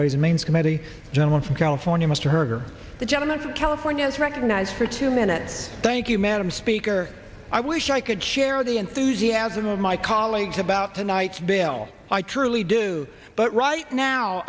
and means committee gentleman from california mr herder the gentleman from california to recognize for two minutes thank you madam speaker i wish i could share the enthusiasm of my colleagues about tonight's bill i truly do but right now